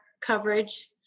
coverage